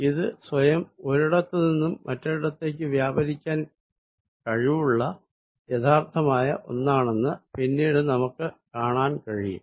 ഇത് സ്വയം ഒരിടത്തു നിന്നും മറ്റൊരിടത്തേക്ക് വ്യാപാരിക്കുവാൻ കഴിവുള്ള യഥാർത്ഥമായ ഒന്നാണെന്ന് പിന്നീട് നമുക്ക് കാണാൻ കഴിയും